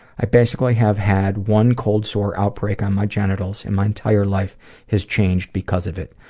i basically have had one cold sore outbreak on my genitals and my entire life has changed because of it.